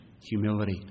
humility